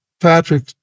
Patrick